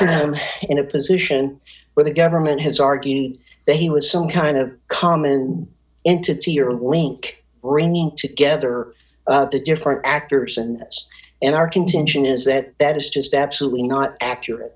him in a position where the government has argued that he was some kind of common entity or a link bringing together the different actors and in our contention is that that is just absolutely not accurate